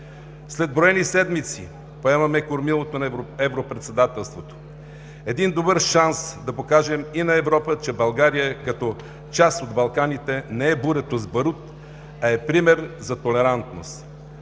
След броени седмици поемаме кормилото на европредседателството – един добър шанс да покажем и на Европа, че България като част от Балканите не е бурето с барут, а е пример за толерантност.